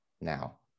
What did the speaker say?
Now